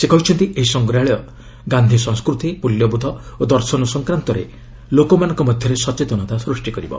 ସେ କହିଛନ୍ତି ଏହି ସଂଗ୍ରହାଳୟ ଗାନ୍ଧି ସଂସ୍କୃତି ମୂଲ୍ୟବୋଧ ଓ ଦର୍ଶନ ସଂକ୍ରାନ୍ତରେ ସଚେତନତା ସୃଷ୍ଟି କରିବ